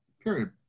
Period